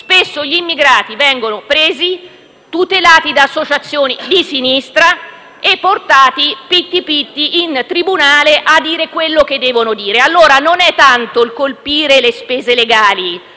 spesso gli immigrati vengono presi, tutelati da associazioni di sinistra e portati dritti dritti in tribunale a dire quello che devono dire. Non è tanto, allora, il colpire le spese legali